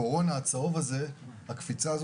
הקפיצה בקורונה צבועה בצהוב,